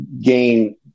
gain